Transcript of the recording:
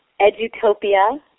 Edutopia